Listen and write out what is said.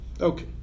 Okay